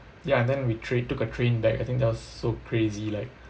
ya and then we train took a train back I think that was so crazy like